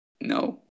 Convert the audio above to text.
No